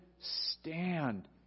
stand